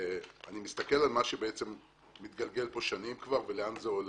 אני מסתכל על מה שמתגלגל פה שנים ולאן זה הולך.